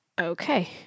okay